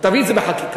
תביא את זה בחקיקה.